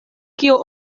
kio